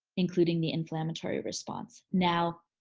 including the inflammatory response. now,